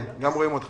בבקשה.